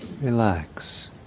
relax